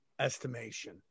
estimation